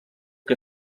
que